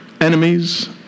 enemies